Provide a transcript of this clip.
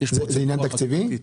זה עניין תקציבי.